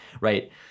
right